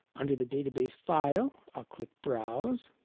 under the database file i'll click browse.